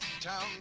town